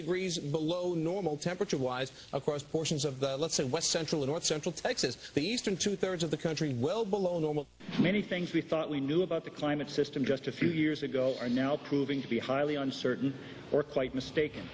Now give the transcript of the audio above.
degrees below normal temperature wise across portions of the let's say west central in north central texas the eastern two thirds of the country well below normal many things we thought we knew about the climate system just a few years ago are now proving to be highly uncertain or quite mistaken